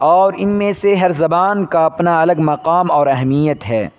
اور ان میں سے ہر زبان کا اپنا الگ مقام اور اہمیت ہے